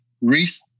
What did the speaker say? risk